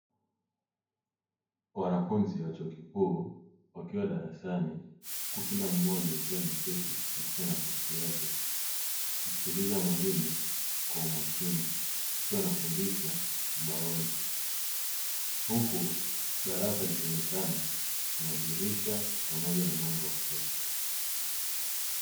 Wanafunzi wa chuo kikuu wakiwa darasani huku kila mmoja akiwa ameketi katika nafasi yake akimsikiliza mwalimu kwa umakini akiwa anafundisha ubaoni, huku darasa likionekana na madirisha pamoja na mwanga wa kutosha.